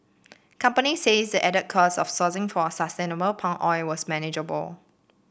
companies says the added costs of sourcing for sustainable palm oil was manageable